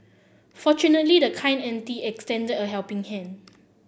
fortunately the kind auntie extended a helping hand